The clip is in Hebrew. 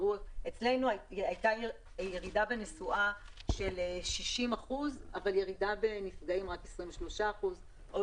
אצלנו הייתה ירידה בנסועה של 60% אבל רק ירידה של 23% בנפגעים,